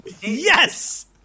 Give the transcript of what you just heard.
Yes